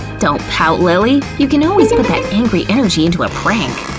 don't pout, lilly, you can always put that angry energy into a prank.